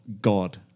god